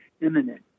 imminent